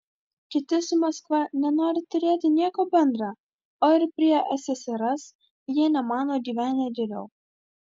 kiti su maskva nenori turėti nieko bendra o ir prie ssrs jie nemano gyvenę geriau